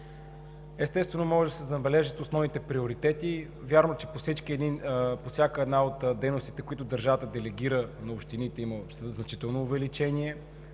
Естествено, може да се набележат основните приоритети. Вярно, че по всяка една от дейностите, които държавата делегира на общините има значително увеличение